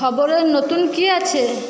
খবরে নতুন কী আছে